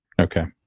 Okay